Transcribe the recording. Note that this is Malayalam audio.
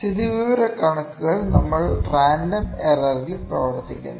സ്ഥിതിവിവരക്കണക്കുകളിൽ നമ്മൾ റാൻഡം എറർ ൽ പ്രവർത്തിക്കുന്നു